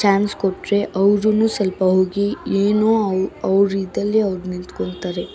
chance ಕೊಟ್ರೆ ಅವ್ರೂ ಸ್ವಲ್ಪ ಹೋಗಿ ಏನೋ ಅವ ಅವರಿದ್ದಲ್ಲಿ ಅವ್ರು ನಿಂತ್ಕೊಳ್ತಾರೆ